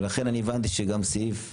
ולכן אני הבנתי שגם סעיף 190?